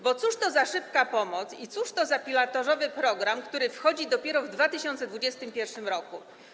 Bo cóż to za szybka pomoc i cóż to za pilotażowy program, który wchodzi dopiero w 2021 r.